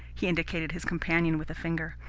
he indicated his companion with a finger.